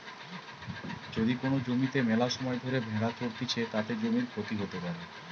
যদি কোন জমিতে মেলাসময় ধরে ভেড়া চরতিছে, তাতে জমির ক্ষতি হতে পারে